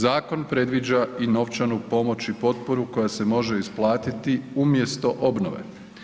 Zakon predviđa i novčanu pomoć i potporu koja se može isplatiti umjesto obnove.